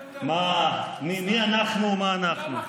מה, מי אנחנו ומה אנחנו.